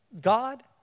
God